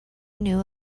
knew